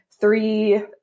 three